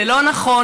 זה לא נכון,